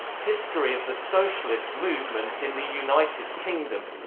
history of the socialist movement in the united kingdom